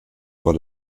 vor